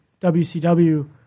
WCW